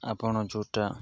ଆପଣ ଯେଉଁଟା